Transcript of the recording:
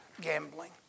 gambling